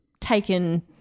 taken